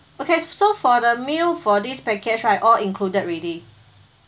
okay so for the meal for this package right all included already